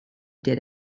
did